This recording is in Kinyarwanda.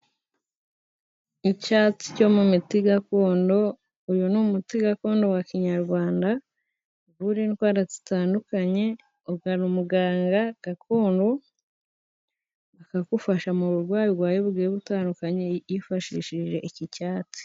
Icyatsi cyo mu miti gakondo，uyu ni umuti gakondo wa kinyarwanda，uvura indwara zitandukanye，ugana umuganga gakondo akagufasha mu burwayi urwaye bugiye butandukanye， yifashishije iki cyatsi.